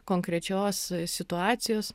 konkrečios situacijos